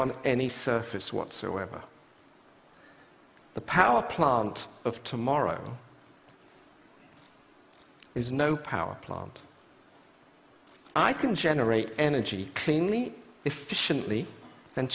on any surface whatsoever the power plant of tomorrow is no power plant i can generate energy cleanly efficiently and